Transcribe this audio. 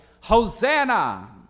Hosanna